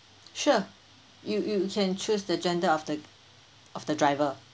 sure you you can choose the gender of the of the driver